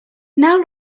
now